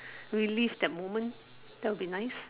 relive that moment that would be nice